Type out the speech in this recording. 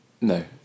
No